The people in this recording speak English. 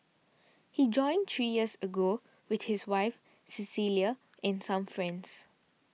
he joined three years ago with his wife Cecilia and some friends